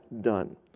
done